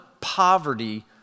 poverty